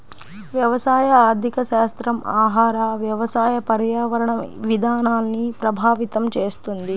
వ్యవసాయ ఆర్థికశాస్త్రం ఆహార, వ్యవసాయ, పర్యావరణ విధానాల్ని ప్రభావితం చేస్తుంది